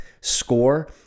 score